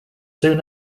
soon